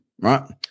right